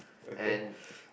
and